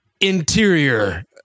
interior